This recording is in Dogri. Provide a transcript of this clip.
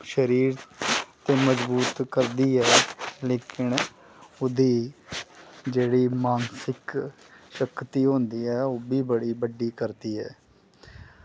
शरीर ते मजबूत करदी ऐ लेकिन ओह्दी जेह्ड़ी मानसिक शक्ति होंदी ऐ ओह् बी बड़ी बड्डी करदी ऐ